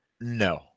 No